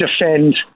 defend